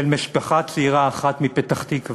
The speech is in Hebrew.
של משפחה צעירה אחת מפתח-תקווה,